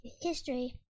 history